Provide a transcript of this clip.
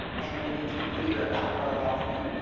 and we need to be clear about what our laws mean.